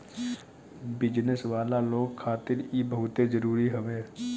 business वाला लोग खातिर इ बहुते जरुरी हवे